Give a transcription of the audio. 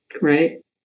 right